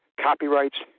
copyrights